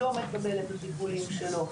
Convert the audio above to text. שלא מקבל את הטיפולים להם הוא זקוק.